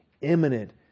imminent